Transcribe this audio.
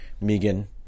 Megan